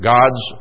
God's